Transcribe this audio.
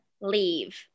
leave